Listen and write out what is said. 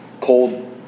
cold